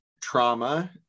trauma